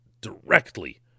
directly